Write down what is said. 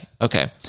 okay